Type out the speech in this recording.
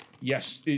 yes